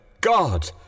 God